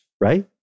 right